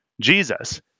Jesus